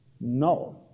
No